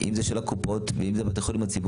אם זה של הקופות ואם זה של בתי החולים הציבוריים.